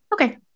Okay